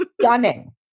stunning